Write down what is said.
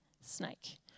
snake